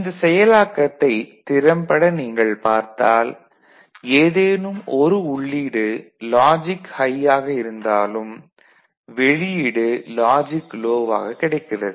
இந்த செயலாக்கத்தை திறம்பட நீங்கள் பார்த்தால் ஏதேனும் ஒரு உள்ளீடு லாஜிக் ஹை யாக இருந்தாலும் வெளியீடு லாஜிக் லோ வாக கிடைக்கிறது